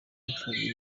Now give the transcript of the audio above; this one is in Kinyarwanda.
imfubyi